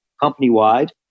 company-wide